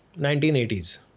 1980s